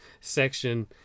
section